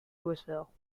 louisville